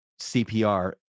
CPR